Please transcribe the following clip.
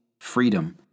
freedom